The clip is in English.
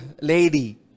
lady